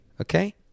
okay